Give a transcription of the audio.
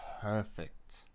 perfect